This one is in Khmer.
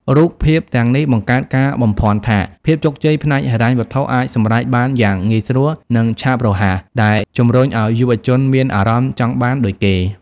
រូបភាពទាំងនេះបង្កើតការបំភាន់ថាភាពជោគជ័យផ្នែកហិរញ្ញវត្ថុអាចសម្រេចបានយ៉ាងងាយស្រួល និងឆាប់រហ័ស ដែលជំរុញឱ្យយុវជនមានអារម្មណ៍ចង់បានដូចគេ។